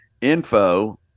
info